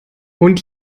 und